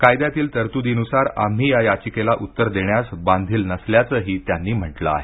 कायद्यातील तरतुदीनुसार आम्ही या याचिकेला उत्तर देण्यास बांधील नसल्याचंही त्यांनी म्हटले आहे